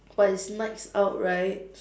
but it's nights out right